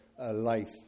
life